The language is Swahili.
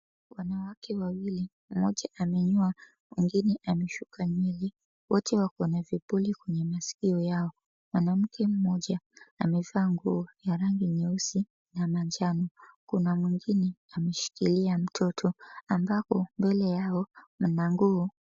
Wanawake wawili, moja amenyoa mwingine ameshuka nywele, wote wako na vipuli kwenye masikio yao. Mwanamke mmoja amevaa nguo ya rangi nyeusi na manjano. Kuna mwingine ameshikilia mtoto ambako mbele yao mna nguo.